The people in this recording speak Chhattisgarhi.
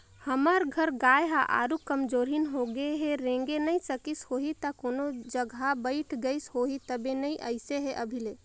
हमर घर गाय ह आरुग कमजोरहिन होगें हे रेंगे नइ सकिस होहि त कोनो जघा बइठ गईस होही तबे नइ अइसे हे अभी ले